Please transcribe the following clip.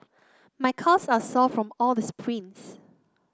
my calves are sore from all the sprints